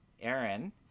Aaron